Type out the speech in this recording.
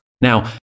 Now